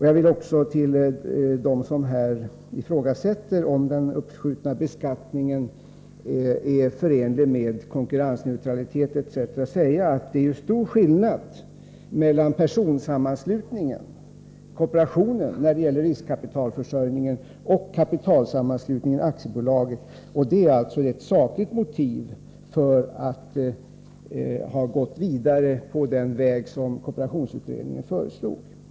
Jag vill också till dem som här ifrågasätter om den uppskjutna beskattningen är förenlig med konkurrensneutralitet etc. säga, att det är en stor skillnad mellan personsammanslutningen — kooperationen — när det gäller riskkapitalförsörjningen och kapitalsammanslutningen — aktiebolaget. Det är alltså ett sakligt motiv för att man har gått vidare på den väg som kooperationsutredningen föreslog. Herr talman!